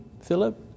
Philip